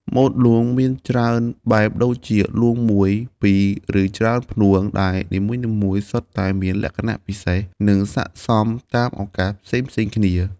ម៉ូតលួងមានច្រើនបែបដូចជា លួងមួយ ពីរ ឬច្រើនផ្នួង ដែលនីមួយៗសុទ្ធតែមានលក្ខណៈពិសេស និងស័ក្តិសមតាមឱកាសផ្សេងៗគ្នា។